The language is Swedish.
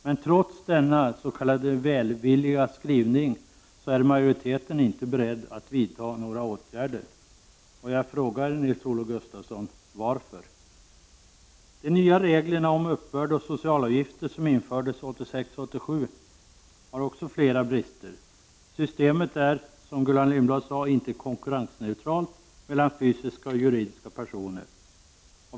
Men trots denna s.k. välvilliga skrivning är majoriteten inte beredd att vidta några åtgärder. Jag frågar Nils-Olof Gustafsson: Varför? De nya reglerna om uppbörd av socialavgifter som infördes 1986/87 har flera brister. Systemet är, som Gullan Lindblad sade, inte konkurrensneutralt mellan fysiska och juridiska personer.